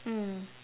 mm